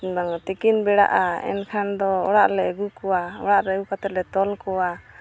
ᱛᱤᱠᱤᱱ ᱵᱮᱲᱟᱜᱼᱟ ᱮᱱᱠᱷᱟᱱ ᱫᱚ ᱚᱲᱟᱜ ᱞᱮ ᱟᱹᱜᱩ ᱠᱚᱣᱟ ᱚᱲᱟᱜᱼᱨᱮ ᱟᱹᱜᱩ ᱠᱟᱛᱮᱫ ᱞᱮ ᱛᱚᱞ ᱠᱚᱣᱟ